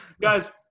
guys